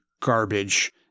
garbage